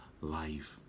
life